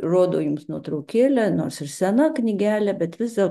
rodau jums nuotraukėlę nors ir sena knygelė bet vis dar